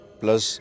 plus